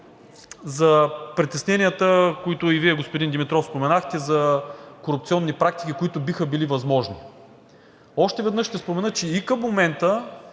за притесненията, които и Вие, господин Димитров, споменахте, за корупционни практики, които биха били възможни. Още веднъж ще спомена, че и към момента